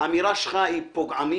האמירה שלך היא פוגענית,